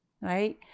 right